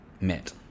met